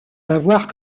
l’avoir